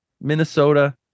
Minnesota